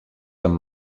amb